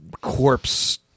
corpse